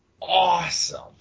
awesome